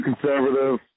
conservative